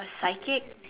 a psychic